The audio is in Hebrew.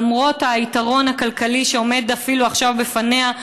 למרות היתרון הכלכלי שעומד אפילו עכשיו בפניה,